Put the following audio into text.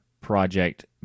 project